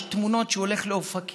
יש תמונות שהוא הולך לאופקים,